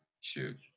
shoot